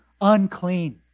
unclean